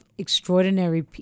extraordinary